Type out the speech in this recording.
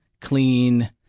clean